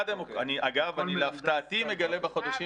אגב, אני להפתעתי מגלה בחודשים